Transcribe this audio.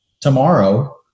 tomorrow